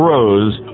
Rose